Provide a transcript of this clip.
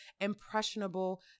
impressionable